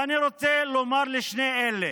ואני רוצה לומר לשני אלה: